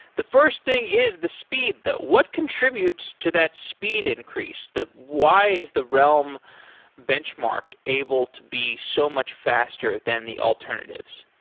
the first thing is the speed though. what contributes to that speed increase? why is the realm benchmark able to be so much faster than the alternatives?